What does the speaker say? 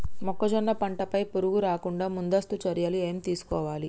మొక్కజొన్న పంట పై పురుగు రాకుండా ముందస్తు చర్యలు ఏం తీసుకోవాలి?